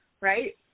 right